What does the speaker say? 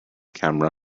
camera